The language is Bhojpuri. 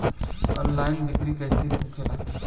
ऑनलाइन बिक्री कैसे होखेला?